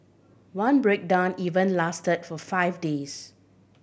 one breakdown even lasted for five days